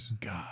God